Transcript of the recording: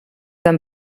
amb